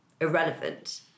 irrelevant